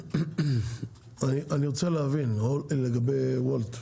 אני רוצה להבין לגבי וולט.